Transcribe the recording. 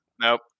Nope